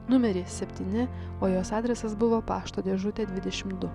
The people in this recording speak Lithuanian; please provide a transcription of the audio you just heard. numerį septyni o jos adresas buvo pašto dėžutė dvidešimt du